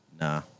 Nah